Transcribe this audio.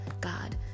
God